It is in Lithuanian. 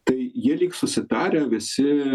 tai jie lyg susitarę visi